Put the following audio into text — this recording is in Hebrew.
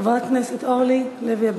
חברת הכנסת אורלי לוי אבקסיס,